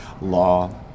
law